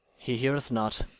he heareth not,